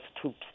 troops